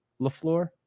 LaFleur